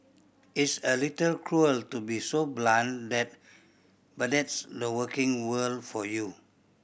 it's a little cruel to be so blunt that but that's the working world for you